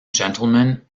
gentleman